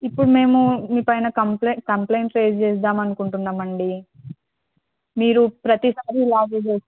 ఇప్పుడు మేము మీ పైన కంప్ల కంప్లైంట్ రైజ్ చేద్దాం అనుకుంటున్నాం అండి మీరు ప్రతిసారి ఇలాగే చేస్తారు